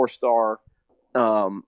four-star